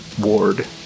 ward